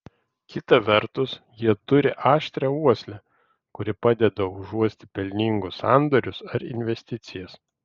kita vertus jie turi aštrią uoslę kuri padeda užuosti pelningus sandorius ar investicijas